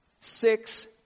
Six